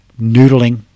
noodling